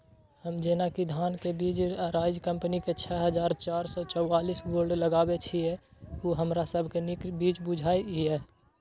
हम जेना कि धान के बीज अराइज कम्पनी के छः हजार चार सौ चव्वालीस गोल्ड लगाबे छीय उ हमरा सब के नीक बीज बुझाय इय?